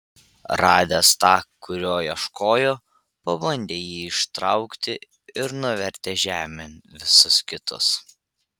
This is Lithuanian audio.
radęs tą kurio ieškojo pabandė jį ištraukti ir nuvertė žemėn visus kitus